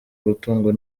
gutungwa